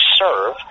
serve